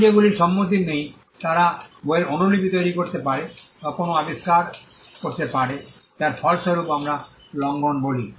অন্য যেগুলির সম্মতি নেই তারা বইয়ের অনুলিপি তৈরি করতে পারে বা কোনও আবিষ্কার আবিষ্কার করতে পারে যার ফলস্বরূপ আমরা লঙ্ঘন বলি